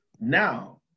Now